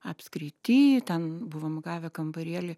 apskrity ten buvom gavę kambarėlį